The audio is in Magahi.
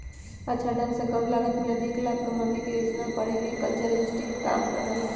अच्छा ढंग से कम लागत में अधिक लाभ कमावे के योजना पर एग्रीकल्चरल इंस्टीट्यूट काम कर रहले है